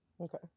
Okay